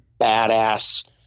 badass